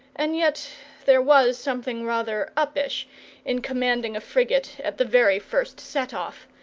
and yet there was something rather uppish in commanding a frigate at the very first set-off,